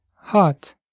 hot